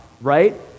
right